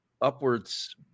upwards